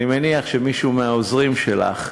אני מניח שמישהו מהעוזרים שלך,